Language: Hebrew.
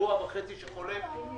בשבוע וחצי החולף